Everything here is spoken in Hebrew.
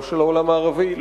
לא של העולם הערבי,